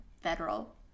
federal